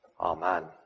Amen